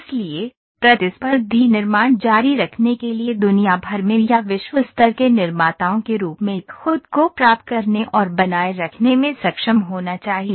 इसलिए प्रतिस्पर्धी निर्माण जारी रखने के लिए दुनिया भर में या विश्व स्तर के निर्माताओं के रूप में खुद को प्राप्त करने और बनाए रखने में सक्षम होना चाहिए